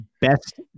best